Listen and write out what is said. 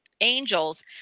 angels